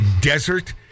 desert